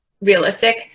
realistic